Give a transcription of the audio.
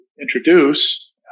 introduce